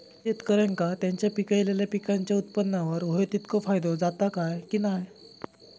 शेतकऱ्यांका त्यांचा पिकयलेल्या पीकांच्या उत्पन्नार होयो तितको फायदो जाता काय की नाय?